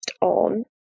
on